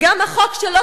היה עובר החוק שעבר אצלם,